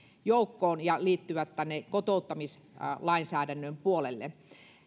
joukkoon ja tänne kotouttamislainsäädännön puolelle